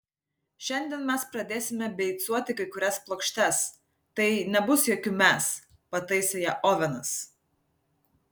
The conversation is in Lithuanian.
šiandien mes pradėsime beicuoti kai kurias plokštes tai nebus jokių mes pataisė ją ovenas